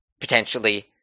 potentially